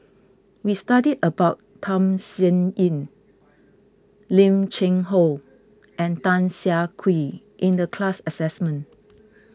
we studied about Tham Sien Yen Lim Cheng Hoe and Tan Siah Kwee in the class assessment